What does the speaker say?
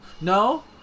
No